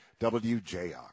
wjr